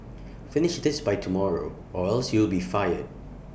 finish this by tomorrow or else you'll be fired